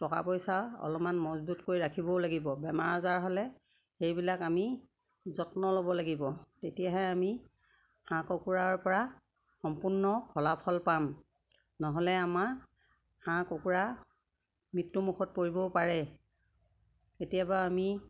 টকা পইচা অলমান মজবুত কৰি ৰাখিবও লাগিব বেমাৰ আজাৰ হ'লে সেইবিলাক আমি যত্ন ল'ব লাগিব তেতিয়াহে আমি হাঁহ কুকুৰাৰ পৰা সম্পূৰ্ণ ফলাফল পাম নহ'লে আমাৰ হাঁহ কুকুৰা মৃত্যুমুখত পৰিবও পাৰে কেতিয়াবা আমি